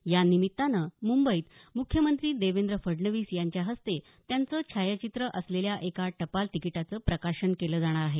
या निमित्तानं मुंबईत मुख्यमंत्री देवेंद्र फडणवीस यांच्या हस्ते त्यांचं छायाचित्र असलेल्या एका टपाल तिकीटाचं प्रकाशन केलं जाणार आहे